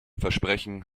versprechen